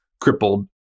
crippled